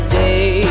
day